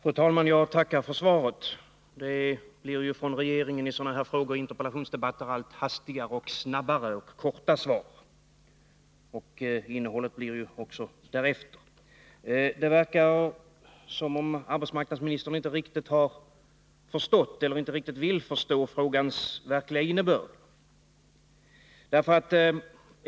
Fru talman! Jag tackar för svaret. Det blir i sådana här frågeoch interpellationsdebatter allt snabbare och kortare svar från regeringen, och innehållet blir därefter. Det verkar som om arbetsmarknadsministern inte riktigt har förstått eller inte riktigt vill förstå frågans verkliga innebörd.